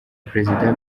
perezida